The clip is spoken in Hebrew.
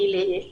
היא הייתה עמיתה